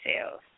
sales